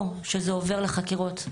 או שזה עובר לחקירות,